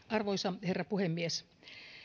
arvoisa herra puhemies